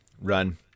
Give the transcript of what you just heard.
run